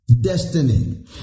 destiny